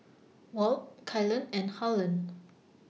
Walt Kaylan and Harlon